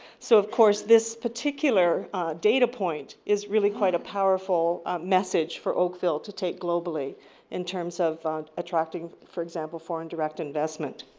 so, of course, this particular data point is really quite a powerful message for oakville to take globally in terms of attracting, for example, foreign direct investment.